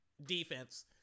defense